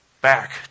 back